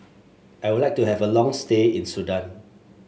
I would like to have a long stay in Sudan